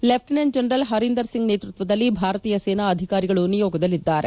lieutenant general Harinder Singh ನೇತೃತ್ವದಲ್ಲಿ ಭಾರತೀಯ ಸೇನಾ ಅಧಿಕಾರಿಗಳು ನಿಯೋಗದಲ್ಲಿದ್ದಾರೆ